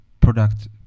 product